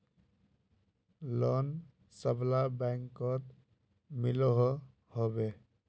Loan सबला बैंकोत मिलोहो होबे?